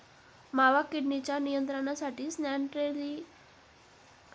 मावा किडीच्या नियंत्रणासाठी स्यान्ट्रेनिलीप्रोलची किती फवारणी करावी लागेल?